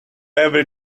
every